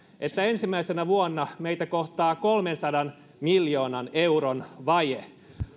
että ensimmäisenä vuonna meitä kohtaa kolmensadan miljoonan euron vaje